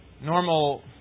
Normal